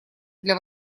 для